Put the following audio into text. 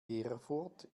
erfurt